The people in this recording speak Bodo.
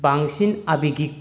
बांसिन आबेगिग